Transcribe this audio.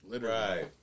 Right